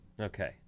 Okay